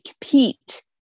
compete